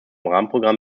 rahmenprogramm